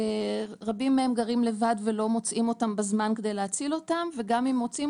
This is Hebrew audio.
רבים מהם גרים לבד ולא מוצאים אותם בזמן כדי להציל אותם וגם אם מוצאים